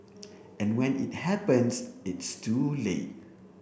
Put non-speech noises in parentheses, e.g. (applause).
(noise) and when it happens it's too late